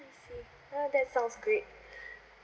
I see well that's sounds great